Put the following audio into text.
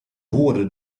hoorde